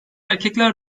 erkekler